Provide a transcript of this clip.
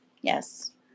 Yes